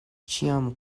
ĉiam